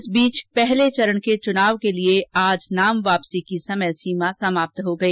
इस बीच पहले चरण के चुनाव के लिए आज नाम वापसी की समय सीमा समाप्त हो गई